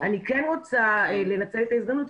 אני כן רוצה לנצל את ההזדמנות,